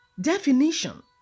definition